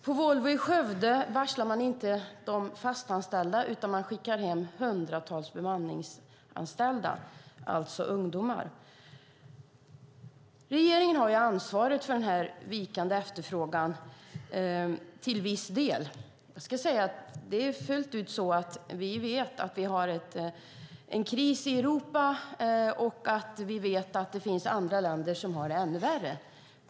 På Volvo i Skövde varslar man inte de fastanställda, utan man skickar hem hundratals bemanningsföretagsanställda, alltså ungdomar. Regeringen har ansvaret för den vikande efterfrågan - till viss del. Vi vet fullt ut att vi har en kris i Europa, och vi vet att det finns andra länder som har det ännu värre.